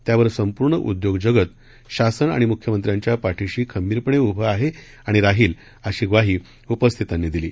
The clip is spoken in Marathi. त्यावर संपूर्ण उद्योग जगत शासन आणि मुख्यमंत्र्यांच्या पाठीशी खंबीरपणे उभं आहे आणि राहील अशी ग्वाही उपस्थितांनी दिली